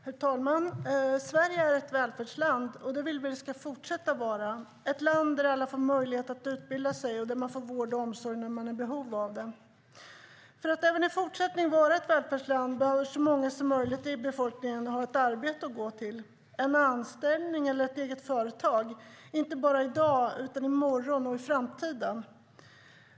Herr talman! Sverige är ett välfärdsland, och det vill vi att det ska fortsätta vara. Det ska vara ett land där alla får möjlighet att utbilda sig och där man får vård och omsorg när man är i behov av det. För att Sverige även i fortsättningen ska vara ett välfärdsland behöver så många som möjligt i befolkningen ha ett arbete att gå till, genom anställning eller i eget företag, inte bara i dag utan även i morgon och i framtiden.